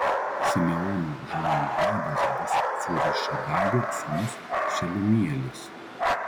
simeono žmonių vadas bus cūrišadajo sūnus šelumielis